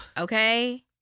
Okay